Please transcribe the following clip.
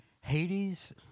Hades